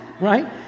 Right